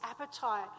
appetite